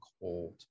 cold